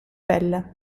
pelle